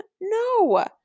No